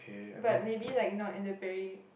but maybe like not in the very